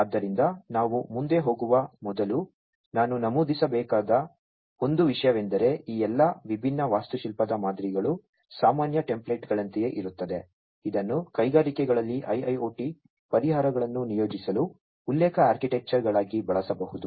ಆದ್ದರಿಂದ ನಾವು ಮುಂದೆ ಹೋಗುವ ಮೊದಲು ನಾನು ನಮೂದಿಸಬೇಕಾದ ಒಂದು ವಿಷಯವೆಂದರೆ ಈ ಎಲ್ಲಾ ವಿಭಿನ್ನ ವಾಸ್ತುಶಿಲ್ಪದ ಮಾದರಿಗಳು ಸಾಮಾನ್ಯ ಟೆಂಪ್ಲೇಟ್ಗಳಂತೆಯೇ ಇರುತ್ತವೆ ಇದನ್ನು ಕೈಗಾರಿಕೆಗಳಲ್ಲಿ IIoT ಪರಿಹಾರಗಳನ್ನು ನಿಯೋಜಿಸಲು ಉಲ್ಲೇಖ ಆರ್ಕಿಟೆಕ್ಚರ್ಗಳಾಗಿ ಬಳಸಬಹುದು